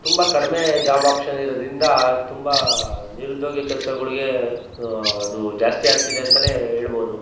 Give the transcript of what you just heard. ತುಂಬ ಕಡಿಮೆ ಜಾಬ್ ಆಪ್ಷನ್ನಿರೋದರಿಂದ ತುಂಬ ನಿರುದ್ಯೋಗಿ ಕೆಲಸಗಳಿಗೇ ಅದು ಜಾಸ್ತಿ ಆಗ್ತಿದೆ ಅಂತ ಹೇಳ್ಬೋದು